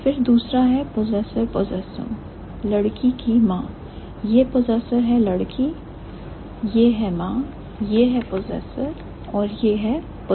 फिर दूसरा है possessor possesum लड़की की मां यहां possessor है लड़की यह है मां यह है possessor और यह है possesum